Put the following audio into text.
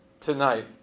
tonight